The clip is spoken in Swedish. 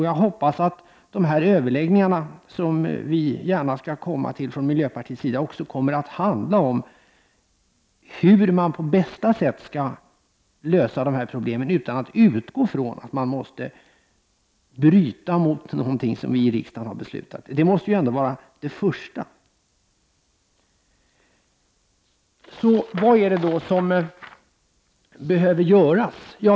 Jag hoppas att dessa överläggningar, som vi från miljöpartiets sida gärna skall delta i, också kommer att handla om hur man på bästa sätt skall lösa problemen utan att utgå ifrån att man måste bryta mot någonting som har beslutats av riksdagen. Det måste ändå vara det mest angelägna. Vad är det då som behöver göras?